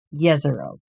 Yezero